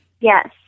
Yes